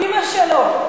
אימא שלו.